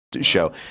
Show